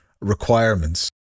requirements